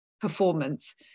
performance